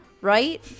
right